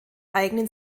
eignen